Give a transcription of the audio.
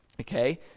okay